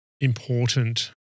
important